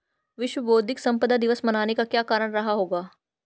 विश्व बौद्धिक संपदा दिवस मनाने का क्या कारण रहा होगा?